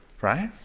right?